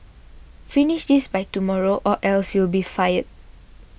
finish this by tomorrow or else you'll be fired